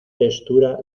textura